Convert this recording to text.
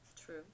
True